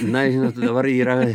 na žinot dabar yra